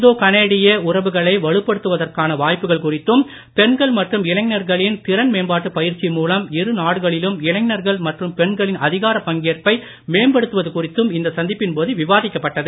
இந்தோ கனேடிய உறவுகளை வலுப்படுத்துவதற்கான வாய்ப்புகள் குறித்தும் பெண்கள் மற்றும் இளைஞர்களின் திறன் மேம்பாட்டு பயிற்சி மூலம் இரு நாடுகளிலும் இளைஞர்கள் மற்றும் பெண்களின் அதிகாரப் பங்கேற்பை மேம்படுத்துவது குறித்தும் இந்த சந்திப்பின் போது விவாதிக்கப்பட்டது